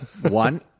One